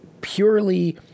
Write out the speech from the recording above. purely